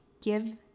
give